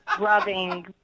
rubbing